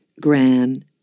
Gran